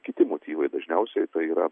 kiti motyvai dažniausiai tai yra